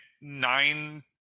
nine